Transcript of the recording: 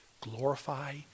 glorify